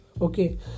Okay